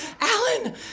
Alan